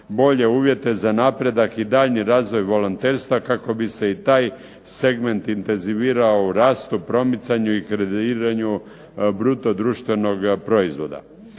bolje uvjete za napredak i daljnji razvoj volonterstva kako bi se i taj segment intenzivirao u rastu, promicanju i …/Ne razumije se./… bruto društvenog proizvoda.